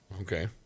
Okay